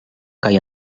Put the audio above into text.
kaj